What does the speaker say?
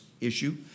issue